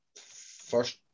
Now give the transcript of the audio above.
first